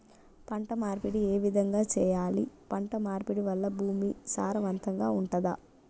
పంట మార్పిడి ఏ విధంగా చెయ్యాలి? పంట మార్పిడి వల్ల భూమి సారవంతంగా ఉంటదా?